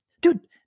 dude